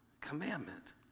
commandment